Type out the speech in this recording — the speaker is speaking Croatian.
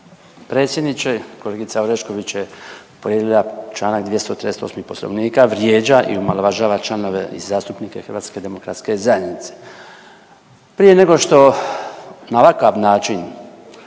predsjedniče. Kolegica Orešković je povrijedila Članak 238. Poslovnika vrijeđa i omalovažava članove i zastupnike HDZ-a. Prije nego što na ovakav način